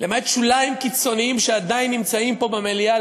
למעט שוליים קיצוניים שעדיין נמצאים פה במליאה,